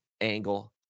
angle